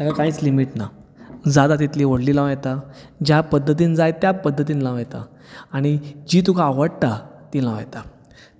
ताका कांयच लिमीट ना जाता तितली व्हडलीं लावं येता ज्या पद्धतीन जाय त्या पद्धतीन लावं येता आणी जीं तुका आवडटा तीं लावं येता